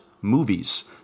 movies